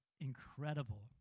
incredible